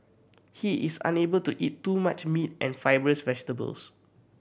he is unable to eat too much meat and fibrous vegetables